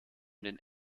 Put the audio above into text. den